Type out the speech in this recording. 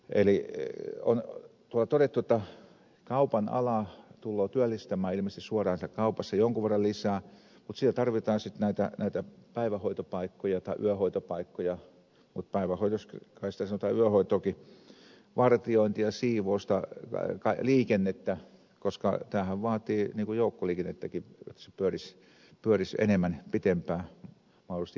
eli on todettu jotta kaupan ala tulee työllistämään ilmeisesti suoraan siellä kaupassa jonkun verran lisää mutta siellä tarvitaan sitten näitä päivähoitopaikkoja tai yöhoitopaikkoja mutta päivähoidoksi kai sitä sanotaan yöhoitoakin vartiointia siivousta liikennettä koska tämähän vaatii joukkoliikennettäkin että se pyörisi enemmän pitempään mahdollisesti jopa yölläkin